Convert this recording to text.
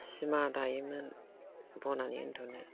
सिमा दायोमोन बनानै उन्दुनो